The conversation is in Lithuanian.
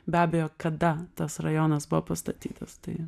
be abejo kada tas rajonas buvo pastatytas tai